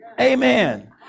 Amen